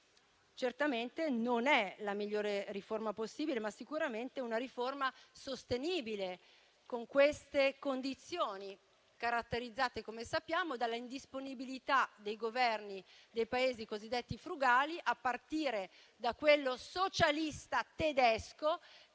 Certamente non è la migliore riforma possibile, ma sicuramente è una riforma sostenibile con queste condizioni caratterizzate, come sappiamo, dalla indisponibilità dei Governi dei Paesi cosiddetti frugali, a partire da quello socialista tedesco,